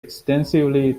extensively